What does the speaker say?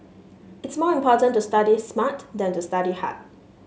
it's more important to study smart than to study hard